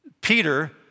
Peter